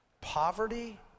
poverty